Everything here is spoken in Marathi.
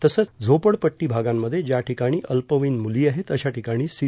तसंच झोपडपट्टी भागांमध्ये ज्या ठिकाणी अल्पवयीन मुली आहेत अशा ठिकाणी सी